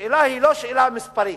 השאלה היא לא שאלה מספרית,